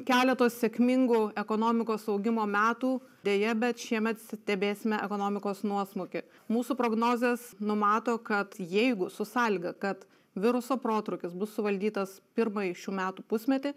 keleto sėkmingų ekonomikos augimo metų deja bet šiemet stebėsime ekonomikos nuosmukį mūsų prognozės numato kad jeigu su sąlyga kad viruso protrūkis bus suvaldytas pirmąjį šių metų pusmetį